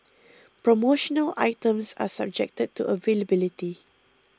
promotional items are subjected to availability